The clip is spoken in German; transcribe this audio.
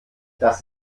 das